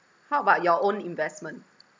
how about your own investment